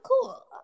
cool